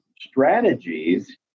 strategies